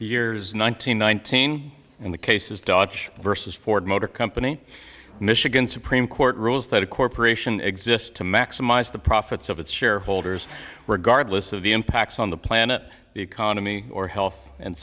yours nineteen nineteen when the case is doj versus ford motor company michigan supreme court rules that a corporation exists to maximize the profits of its shareholders regardless of the impacts on the planet the economy or health and